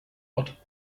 ort